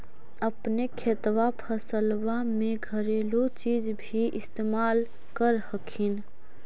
अपने खेतबा फसल्बा मे घरेलू चीज भी इस्तेमल कर हखिन?